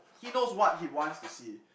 he knows what he wants to see